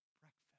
breakfast